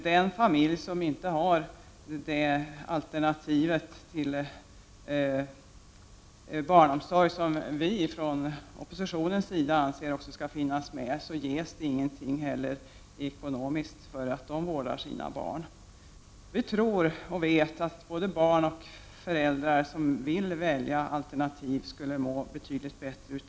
Den familj som inte har det alternativ till barnomsorg som vi från oppositionens sida anser skall finnas får inget ekonomiskt stöd för att vårda sina barn. Vi tror och vet att både barn och föräldrar som vill välja andra alternativ skulle må betydligt bättre.